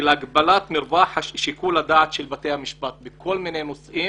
של הגבלת מרווח שיקול הדעת של בתי המשפט בכל מיני נושאים,